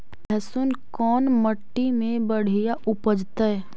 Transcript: लहसुन कोन मट्टी मे बढ़िया उपजतै?